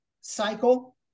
cycle